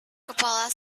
kepala